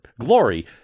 glory